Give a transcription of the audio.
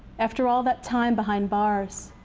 after all that time behind bars,